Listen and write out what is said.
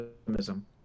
optimism